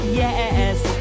yes